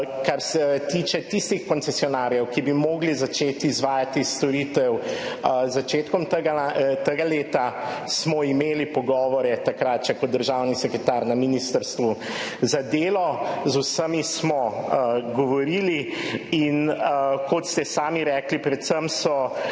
kar se tiče tistih koncesionarjev, ki bi morali začeti izvajati storitev z začetkom tega leta, imeli pogovore, takrat še kot državni sekretar na ministrstvu za delo. Z vsemi smo govorili. Kot ste sami rekli, predvsem so